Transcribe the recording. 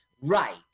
Right